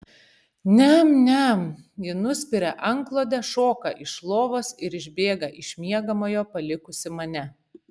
niam niam ji nuspiria antklodę šoka iš lovos ir išbėga iš miegamojo palikusi mane